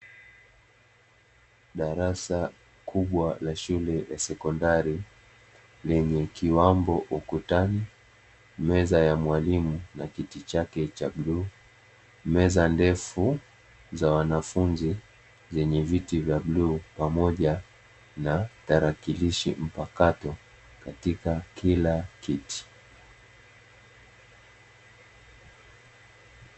Darasa kubwa la shule ya sekondari lenye kiwambo ukutani meza ya mwalimu na kiti chake cha bluu, meza ndefu za wanafunzi zenye viti vya bluu pamoja na tarakirishi mpakato katika kila kiti.